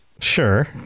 sure